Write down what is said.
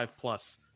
plus